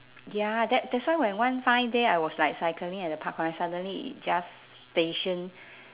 ya that that's why when one fine day I was like cycling at the park connect suddenly it just station